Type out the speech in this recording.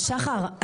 אבל שחר,